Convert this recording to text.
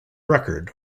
record